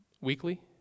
Weekly